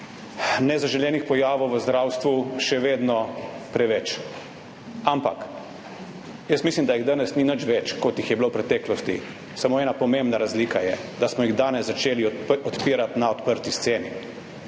nezaželenih pojavov v zdravstvu še vedno preveč, ampak jaz mislim, da jih danes ni nič več kot jih je bilo v preteklosti, samo ena pomembna razlika je, da smo jih danes začeli odpirati na odprti sceni.